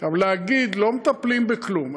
אבל להגיד: לא מטפלים בכלום,